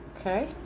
okay